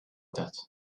that